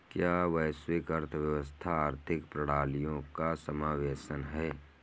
क्या वैश्विक अर्थव्यवस्था आर्थिक प्रणालियों का समावेशन है?